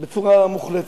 בצורה מוחלטת.